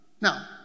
Now